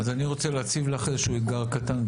אני רוצה להציב לך איזשהו אתגר קטן,